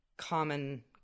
common